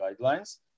guidelines